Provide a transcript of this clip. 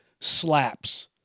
slaps